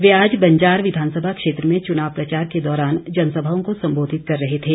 वे आज बंजार विधानसभा क्षेत्र में चुनाव प्रचार के दौरान जनसभाओं को संबोधित कर रहे थे